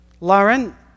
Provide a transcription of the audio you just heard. Lauren